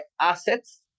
assets